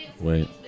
Wait